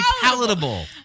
Palatable